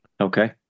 Okay